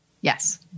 Yes